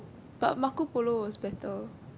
but Marco Polo was better